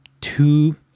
two